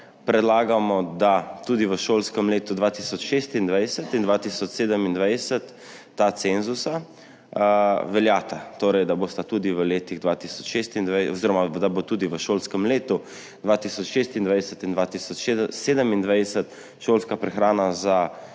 predlagamo, da tudi v šolskem letu 2026/27 ta cenzusa veljata, torej da bo tudi v šolskem letu 2026/27 šolska prehrana za